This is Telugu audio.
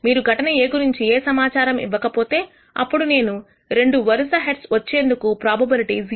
మీరు ఘటన A గురించి ఏ సమాచారమూ ఇవ్వకపోతే అప్పుడు నేను రెండు వరుస హెడ్స్ వచ్చేందుకు ప్రోబబిలిటీ 0